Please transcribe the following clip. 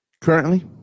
Currently